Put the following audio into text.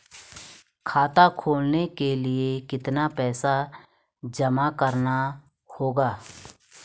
खाता खोलने के लिये कितना पैसा जमा करना होगा?